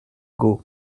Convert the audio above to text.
got